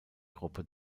gruppe